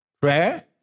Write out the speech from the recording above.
Prayer